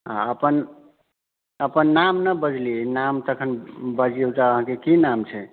अहाँ अपन अपन नाम नहि बजलियै नाम तखन बजियौ जे अहाँके की नाम छै